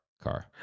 car